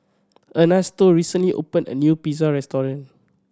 Ernesto recently opened a new Pizza Restaurant